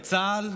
את צה"ל,